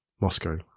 Moscow